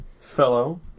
Fellow